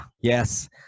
yes